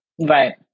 Right